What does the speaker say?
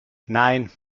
nein